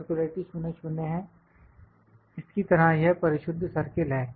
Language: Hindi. सर्कुलरइटी 00 है इसकी तरह यह परिशुद्ध सर्किल है